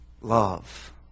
love